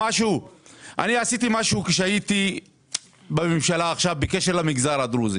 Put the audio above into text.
אני עשיתי משהו כשהייתי בממשלה עכשיו בקשר למגזר הדרוזי.